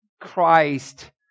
Christ